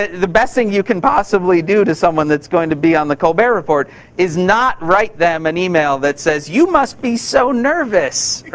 the best thing you can possibly do to someone that's going to be on the colbert report is not write them an email that says, you must be so nervous.